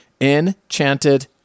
Enchanted